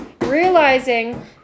realizing